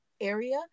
area